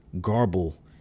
garble